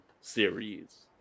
series